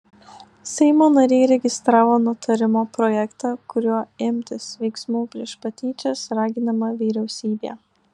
seimo nariai registravo nutarimo projektą kuriuo imtis veiksmų prieš patyčias raginama vyriausybė